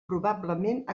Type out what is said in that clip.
probablement